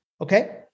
Okay